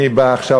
אני בא עכשיו,